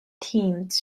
teams